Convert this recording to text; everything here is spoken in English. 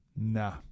nah